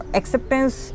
acceptance